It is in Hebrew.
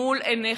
מול עיניך.